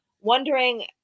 wondering